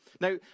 Now